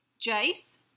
Jace